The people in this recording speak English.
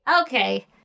Okay